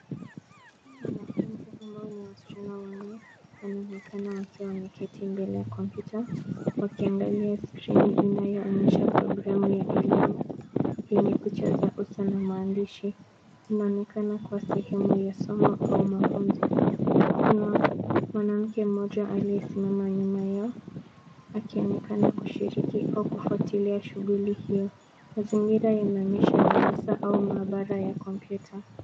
Wanafunzi ambao ni wasichana wanne, wanaonekana wakiwa wameketi mbele ya kompyuta, wakiangalia skrini inayoonyesha programu ya elimu, yenye picha za uso na maandishi, inaonekana kuwa sehemu ya somo au mafunzo, kuna, mwanamke mmoja aliyesimama nyuma yao, akionekana kushiriki au kufuatilia shughuli hiyo, mazingira yanaonyesha darasa au maabara ya kompyuta.